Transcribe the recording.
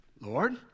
Lord